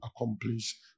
accomplish